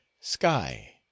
sky